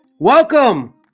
Welcome